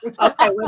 okay